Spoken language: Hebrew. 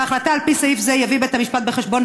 בהחלטה על פי סעיף זה יביא בית המשפט בחשבון,